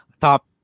top